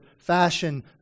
fashion